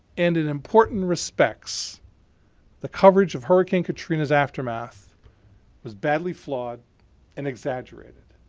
and in important respects the coverage of hurricane katrina's aftermath was badly flawed and exaggerated.